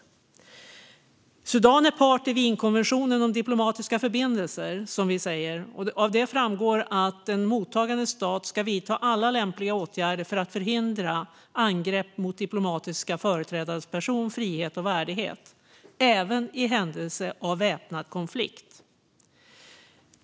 Sudan är part i Wienkonventionen och har diplomatiska förbindelser. Av dem framgår att en mottagande stat ska vidta alla lämpliga åtgärder för att förhindra angrepp mot diplomatiska företrädares person, frihet och värdighet - även i händelse av väpnad konflikt.